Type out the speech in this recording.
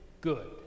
good